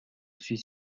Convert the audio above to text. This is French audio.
suis